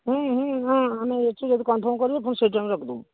ହୁଁ ହୁଁ ହଁ ଆମେ ଏଠୁ ଯଦି କନ୍ଫର୍ମ କରିବୁ ପୁଣି ସେଇଠି ଆମେ ରଖିଦେବୁ